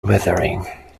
weathering